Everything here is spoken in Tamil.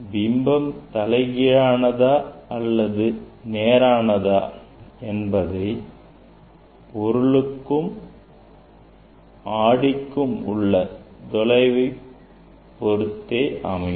பிம்பம் தலைகீழானதா அல்லது நேரமானதா என்பது பொருளுக்கும் ஆடிக்கும் உள்ள தொலைவை பொருத்தே அமையும்